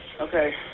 Okay